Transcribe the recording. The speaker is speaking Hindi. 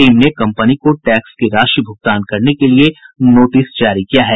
टीम ने कम्पनी को टैक्स की राशि भुगतान करने के लिए नोटिस जारी किया है